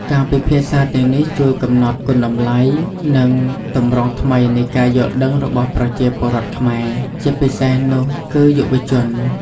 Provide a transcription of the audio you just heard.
ការពិភាក្សាទាំងនេះជួយកំណត់គុណតម្លៃ និងទម្រង់ថ្មីនៃការយល់ដឹងរបស់ប្រជាពលរដ្ឋខ្មែរ ជាពិសេសនោះគឺយុវជន។